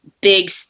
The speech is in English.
big